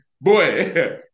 Boy